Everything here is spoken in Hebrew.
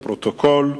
לפרוטוקול.